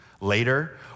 later